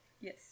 Yes